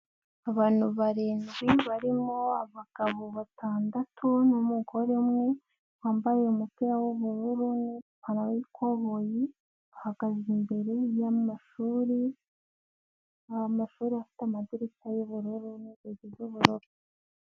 Abantu barindwi, barimo abagabo batandatu n'umugore umwe, wambaye umupira w'ubururu n'ipantaro yikoboyi, bahagaze imbere y'amashuri, amashuri afite amadirishya y'ubururu n'irugi rw'ubururu.